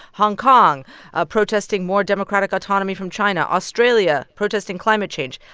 hong kong ah protesting more democratic autonomy from china. australia protesting climate change.